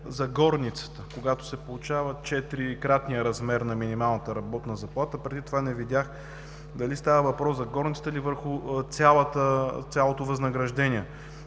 за горницата, когато се получава четирикратният размер на минималната работна заплата. Преди това не видях дали става въпрос за горницата, или върху цялото възнаграждение?